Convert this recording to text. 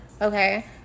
Okay